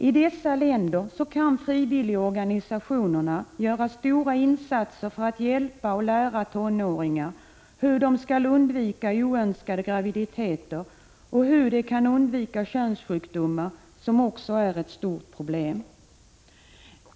I dessa länder kan frivilligorganisationerna göra stora insatser för att lära tonåringar hur de skall undvika oönskade graviditeter och hur de kan undvika könssjukdomar, som också utgör ett stort problem.